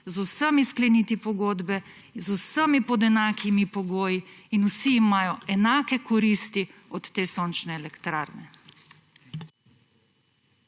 z vsemi skleniti pogodbe, z vsemi pod enakimi pogoji in vsi imajo enake koristi od te sončne elektrarne.